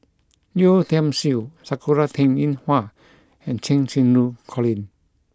Yeo Tiam Siew Sakura Teng Ying Hua and Cheng Xinru Colin